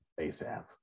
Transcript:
ASAP